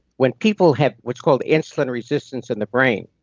when people have what's called insulin resistance in the brain,